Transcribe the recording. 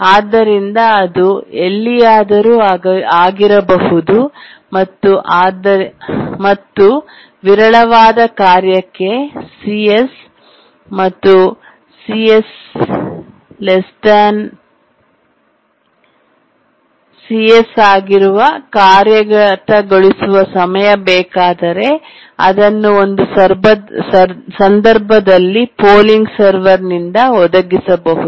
ಆದ್ದರಿಂದ ಅದು ಎಲ್ಲಿಯಾದರೂ ಆಗಿರಬಹುದು ಮತ್ತು ಆದ್ದರಿಂದ ವಿರಳವಾದ ಕಾರ್ಯಕ್ಕೆ ca ಮತ್ತು ca cs ಆಗಿರುವ ಕಾರ್ಯಗತಗೊಳಿಸುವ ಸಮಯ ಬೇಕಾದರೆ ಅದನ್ನು ಒಂದು ಸಂದರ್ಭದಲ್ಲಿ ಪೋಲಿಂಗ್ ಸರ್ವರ್ನಿಂದ ಒದಗಿಸಬಹುದು